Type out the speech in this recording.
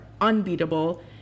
unbeatable